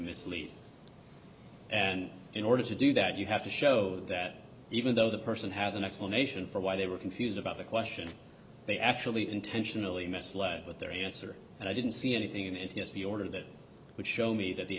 mislead and in order to do that you have to show that even though the person has an explanation for why they were confused about the question they actually intentionally misled with their answer and i didn't see anything in n t s b order that would show me that the